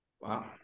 Wow